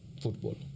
Football